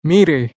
Mire